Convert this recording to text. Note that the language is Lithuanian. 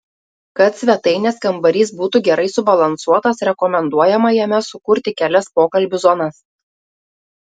kad svetainės kambarys būtų gerai subalansuotas rekomenduojama jame sukurti kelias pokalbių zonas